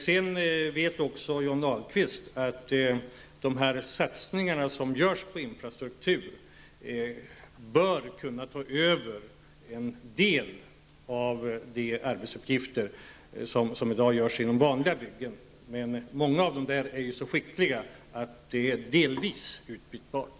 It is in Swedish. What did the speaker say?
Johnny Ahlqvist vet också att de satsningar som görs på infrastruktur bör kunna ta över en del av de arbetsuppgifter som i dag görs inom vanliga byggen. Många är ju så skickliga att det är delvis utbytbart.